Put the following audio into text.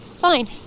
Fine